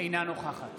אינה נוכחת